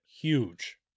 Huge